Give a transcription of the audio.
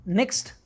next